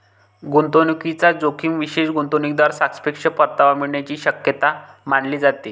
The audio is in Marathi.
गुंतवणूकीचा जोखीम विशेष गुंतवणूकीवर सापेक्ष परतावा मिळण्याची शक्यता मानली जाते